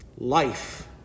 Life